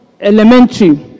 elementary